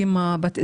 אמא בת 26,